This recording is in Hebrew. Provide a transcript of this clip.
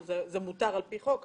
זה מותר על פי חוק.